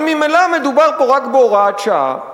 אבל ממילא מדובר פה רק בהוראת שעה.